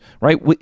right